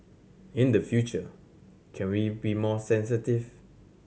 in the future can we be more sensitive